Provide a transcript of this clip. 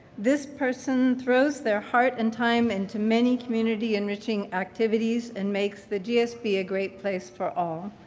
this person throws their heart and time into many community enriching activities and makes the gsp a great place for all.